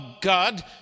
God